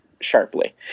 sharply